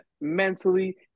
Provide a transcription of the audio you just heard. mentally